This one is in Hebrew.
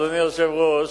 אדוני היושב-ראש,